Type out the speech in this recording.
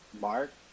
Mark